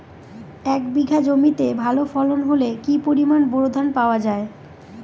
এক বিঘা জমিতে ভালো ফলন হলে কি পরিমাণ বোরো ধান পাওয়া যায়?